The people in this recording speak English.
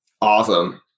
awesome